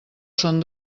són